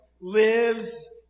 lives